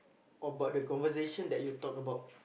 about the conversation that you talk about